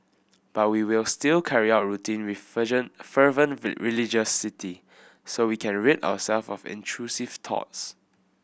but we will still carry out routing with fervent religiosity so we can rid ourselves of intrusive thoughts